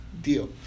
deal